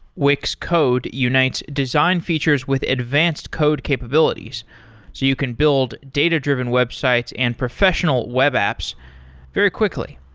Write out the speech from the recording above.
wix code unites design features with advanced code capabilities, so you can build data-driven websites and professional web apps very quickly.